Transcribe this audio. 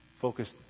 focused